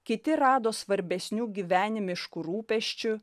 kiti rado svarbesnių gyvenimiškų rūpesčių